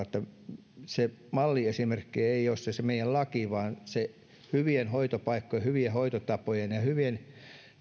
että malliesimerkki ei ole se meidän laki vaan hyvien hoitopaikkojen hyvien hoitotapojen ja ja hyvien